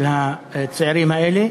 של הצעירים האלה,